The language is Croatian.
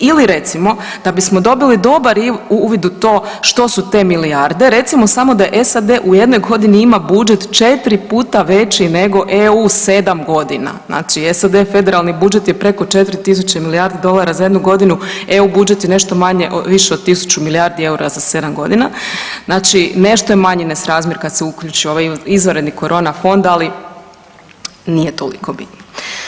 Ili recimo da bismo dobili dobar uvid u to što su te milijarde recimo samo da SAD u jednoj godini ima budžet 4 puta veći nego EU u 7.g., znači SAD federalni budžet je preko 4 tisuće milijardi dolara za jednu godinu, EU budžet je nešto manje, više od tisuću milijardi eura za 7.g., znači nešto je manji nesrazmjer kad se uključi ovaj izvanredni korona fond, ali nije toliko bitno.